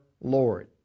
Lord